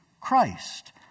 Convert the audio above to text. Christ